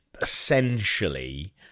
essentially